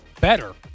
better